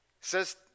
says